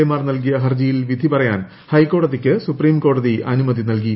I മാർ നൽകിയ ഹർജിയിൽ വിധി പറയാൻ ഹൈകോടതിക്ക് സ്ക്രീം കോടതി അനുമതി നൽകി